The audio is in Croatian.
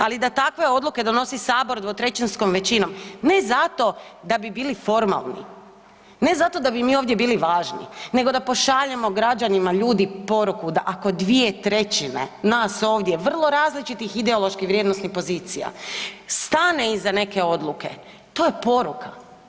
Ali da takve odluke donosi Sabor dvotrećinskom većinom ne zato da bi bili formalni, ne zato da bi mi ovdje bili važni, nego da pošaljemo građanima ljudi poruku da ako dvije trećine nas ovdje vrlo različitih vrijednosnih pozicija stane iza neke odluke to je poruka.